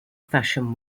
fashion